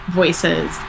voices